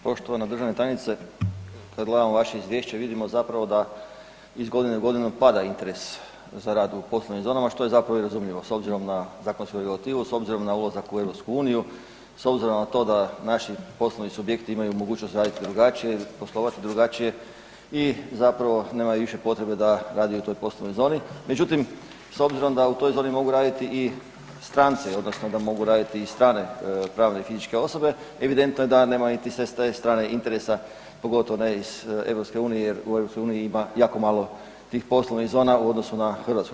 Poštovana državna tajnice, kad gledamo vaše izvješće, vidimo zapravo da iz godine u godinu nam pada interes za rad u poslovnim zonama, što je zapravo i razumljivo s obzirom na zakonsku regulativu, s obzirom na ulazak u EU, s obzirom na to da naši poslovni subjekti imaju mogućnost raditi drugačije, poslovati drugačije i zapravo nemaju više potrebe da rade u toj poslovnoj zoni međutim s obzirom da u toj zoni mogu raditi i stranci, odnosno da mogu raditi i strane pravne i fizičke osobe, evidentno je da nema niti s te strane interesa pogotovo ne iz EU-a jer u EU ima jako tih poslovnih zona u odnosu na Hrvatsku.